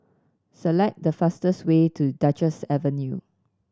select the fastest way to Duchess Avenue